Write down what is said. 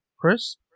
Chris